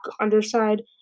underside